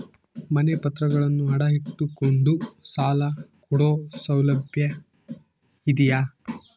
ಮನೆ ಪತ್ರಗಳನ್ನು ಅಡ ಇಟ್ಟು ಕೊಂಡು ಸಾಲ ಕೊಡೋ ಸೌಲಭ್ಯ ಇದಿಯಾ?